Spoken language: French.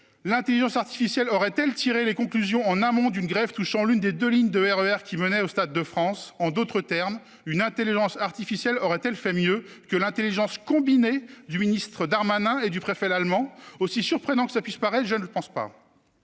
L'intelligence artificielle aurait-elle tiré, en amont, les conclusions d'une grève touchant l'une des deux lignes de RER qui menaient au Stade de France ? En d'autres termes, l'intelligence artificielle aurait-elle fait mieux que les intelligences combinées du ministre Darmanin et du préfet Lallement ? Aussi surprenant que cela puisse paraître, je ne le pense pas.